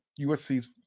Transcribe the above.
USC's